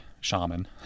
shaman